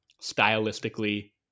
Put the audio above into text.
stylistically